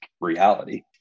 reality